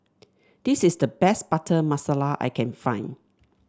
this is the best Butter Masala I can find